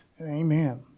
Amen